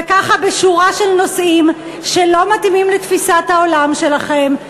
וככה בשורה של נושאים שלא מתאימים לתפיסת העולם שלכם,